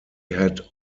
had